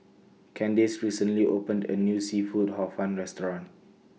Candace recently opened A New Seafood Hor Fun Restaurant